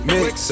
Mix